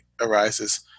arises